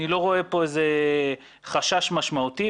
אני לא רואה כאן איזה חשש משמעותי,